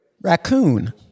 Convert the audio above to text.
raccoon